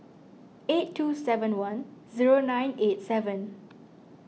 eight two seven one zero nine eight seven